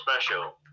special